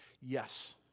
yes